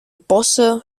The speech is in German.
bosse